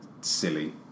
silly